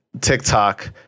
TikTok